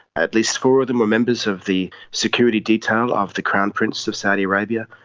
at least four of them were members of the security detail ah of the crown prince of saudi arabia,